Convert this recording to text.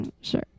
Sure